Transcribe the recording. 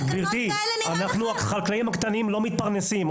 החקלאים הקטנים לא מתפרנסים.